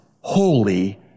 holy